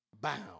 bound